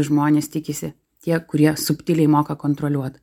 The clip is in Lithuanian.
žmonės tikisi tie kurie subtiliai moka kontroliuot